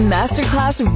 Masterclass